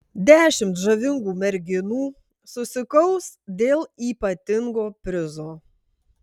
dešimt žavingų merginų susikaus dėl ypatingo prizo